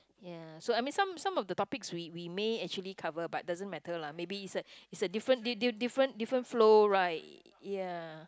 ya so I mean some some of the topic we we may actually cover but doesn't matter lah maybe it's a it's a different different flow right ya